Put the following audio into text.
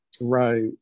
Right